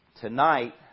Tonight